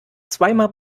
zweimal